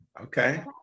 okay